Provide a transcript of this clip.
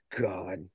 god